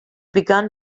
begun